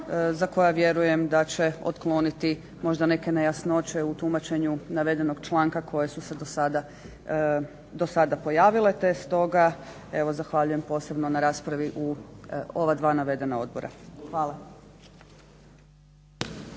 za koja vjerujem da će otkloniti možda neke nejasnoće u tumačenju navedenog članka koje su se do sada pojavite, te stoga evo zahvaljujem posebno na raspravi u ova dva navedena odbora. Hvala.